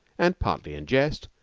and, partly in jest,